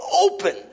open